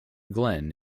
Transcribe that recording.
glenn